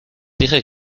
dije